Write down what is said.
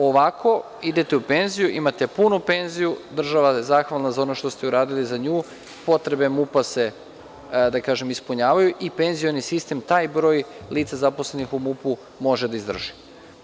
Ovako, idete u penziju, imate punu penziju, država je zahvalna za ono što ste uradili za nju, potrebe MUP-a se ispunjavaju i penzioni sistem taj broj lica zaposlenih u MUP-u može da izdrži.